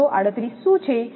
238 શું છે